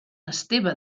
esteve